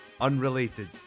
unrelated